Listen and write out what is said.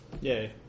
Yay